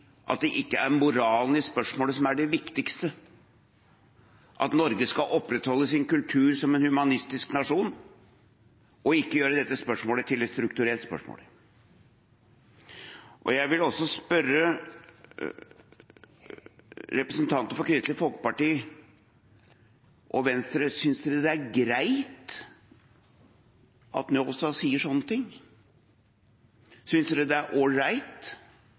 at det er moralen i spørsmålet som er det viktigste – at Norge skal opprettholde sin kultur som en humanistisk nasjon – og ikke gjøre dette spørsmålet til et strukturelt spørsmål. Jeg vil også spørre representantene for Kristelig Folkeparti og Venstre: Synes de det er greit at Njåstad sier slike ting? Synes de det er ålreit at han gjør det? Synes de det er